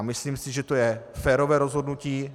Myslím, že to je férové rozhodnutí.